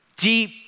deep